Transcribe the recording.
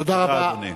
תודה, אדוני.